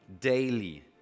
daily